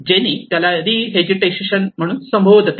jenny त्याला रि हेरिटेजिसेशन म्हणून संबोधते